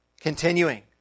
continuing